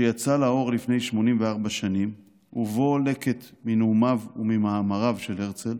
שיצא לאור לפני 84 שנים ושבו לקט מנאומיו וממאמריו של הרצל,